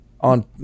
on